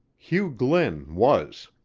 hugh glynn was.